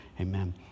amen